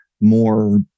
more